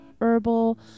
herbal